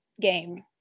game